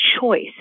choice